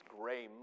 gray